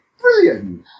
brilliant